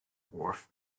wharf